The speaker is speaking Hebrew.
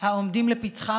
העומדים לפתחה,